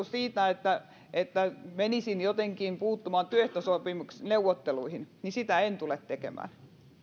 siitä että että menisin jotenkin puuttumaan työehtosopimusneuvotteluihin sitä en tule tekemään